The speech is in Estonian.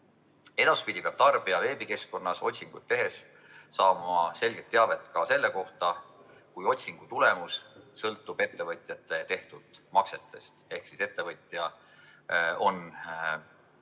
Edaspidi peab tarbija veebikeskkonnas otsingut tehes saama selget teavet ka selle kohta, kui otsingu tulemus sõltub ettevõtjate tehtud maksetest ehk ettevõtja on